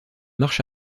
marche